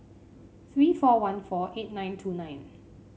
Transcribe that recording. three four one four eight nine two nine